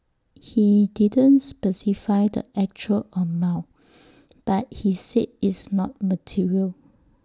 he didn't specify the exact amount but he said it's not material